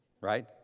right